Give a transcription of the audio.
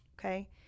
Okay